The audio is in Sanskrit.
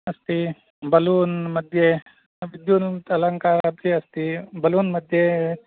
अस्ति बलून् मध्ये विद्युत् अलङ्कार अपि अस्ति बलून् मध्ये